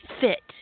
fit